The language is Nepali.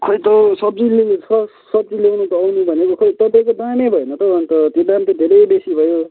खोइ त हौ सब्जी लिनु सब सब्जी ल्याउनु त आउनु भनेको खोइ तपाईँको दामै भएन त हौ अन्त त्यो दाम त धेरै बेसी भयो